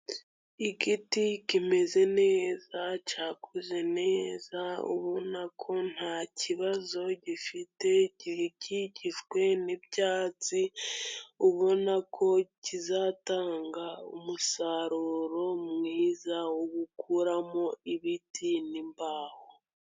Igiti kimeze neza cyakuze neza, ubona ko ntakibazo gifite. Gikigijwe n'ibyatsi, ubona ko kizatanga umusaruro mwiza wo gukuramo ibiti n'imbaho.